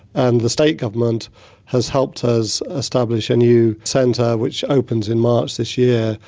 and the state government has helped us establish a new centre which opens in march this year,